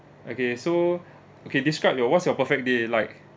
okay so okay describe your what's your perfect day like